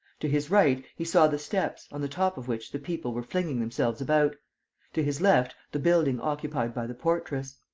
to his right, he saw the steps, on the top of which the people were flinging themselves about to his left, the building occupied by the portress.